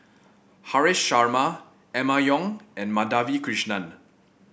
Haresh Sharma Emma Yong and Madhavi Krishnan